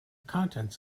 contents